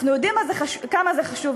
אנחנו יודעים כמה זה חשוב.